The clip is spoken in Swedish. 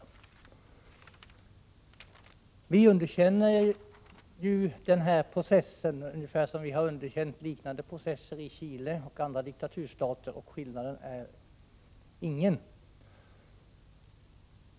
Vi underkänner den här processen, ungefär på samma sätt som vi har underkänt liknande processer i Chile och andra diktaturstater. Skillnaden är ingen.